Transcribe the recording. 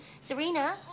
Serena